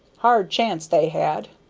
hard chance they had,